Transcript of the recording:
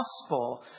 gospel